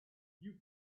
you